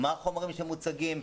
מה החומרים שמוצגים.